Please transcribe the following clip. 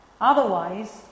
otherwise